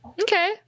Okay